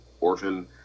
orphan